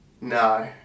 No